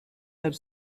have